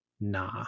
nah